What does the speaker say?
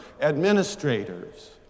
Administrators